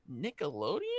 Nickelodeon